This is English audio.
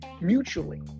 mutually